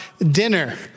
dinner